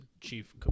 chief